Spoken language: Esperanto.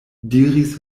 diris